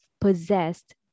possessed